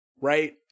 Right